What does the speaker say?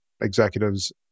executives